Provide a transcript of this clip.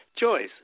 Joyce